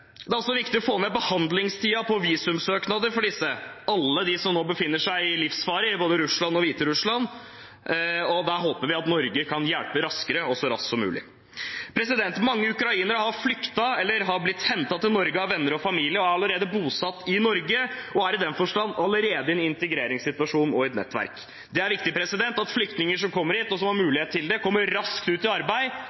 Det er også viktig å få ned behandlingstiden for visumsøknader for disse, alle de som nå befinner seg i livsfare, både i Russland og Hviterussland, og da håper vi at Norge kan hjelpe raskere og så raskt som mulig. Mange ukrainere har flyktet eller har blitt hentet til Norge av venner og familie og er allerede bosatt i Norge, og de er i den forstand allerede i en integreringssituasjon og et nettverk. Det er viktig at flyktninger som kommer hit, og som har